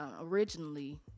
originally